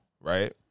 right